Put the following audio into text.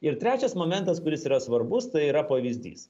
ir trečias momentas kuris yra svarbus tai yra pavyzdys